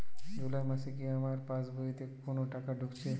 জুলাই মাসে কি আমার পাসবইতে কোনো টাকা ঢুকেছে?